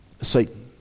Satan